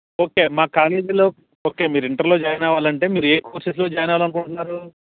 okay మా కాలేజీలో okay మీరు ఇంటర్లో జాయిన్ అవ్వాలంటే మీరు ఏ కోర్సెస్లో జాయిన్ అవ్వాలనుకుంట్నారు